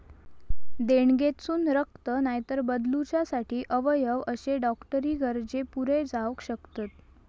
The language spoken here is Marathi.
देणगेतसून रक्त, नायतर बदलूच्यासाठी अवयव अशे डॉक्टरी गरजे पुरे जावक शकतत